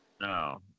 No